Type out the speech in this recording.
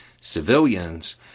Civilians